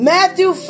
Matthew